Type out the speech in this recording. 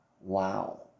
Wow